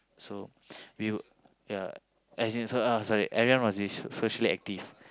so we will ya as in so uh sorry everyone must me socially active